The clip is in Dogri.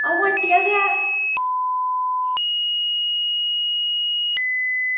अंऊ हट्टिया गै